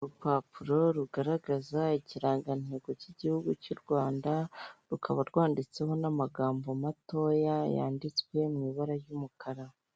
Urupapuro rugaragaza ikirangantego cy'igihugu cy'u Rwanda, rukaba rwanditseho n'amagambo matoya yanditswe mu ibara ry'umukara.